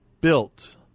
built